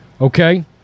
Okay